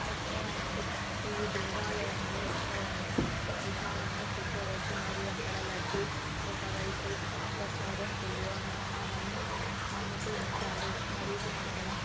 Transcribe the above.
ఎక్కడై ఎక్కడ ఈ దేవాలయంలో ఎక్కడైనా విశాలంగా కుర్చోవచ్చు మరియు అక్కడ లడ్డు ఒకవైపు ప్రసాదం పులిహోర అవన్నీ అమ్ముతూ ఉంటారు మరియు అక్కడ